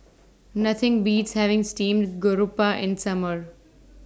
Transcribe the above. Nothing Beats having Steamed Garoupa in The Summer